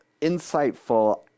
insightful